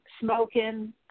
smoking